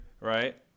Right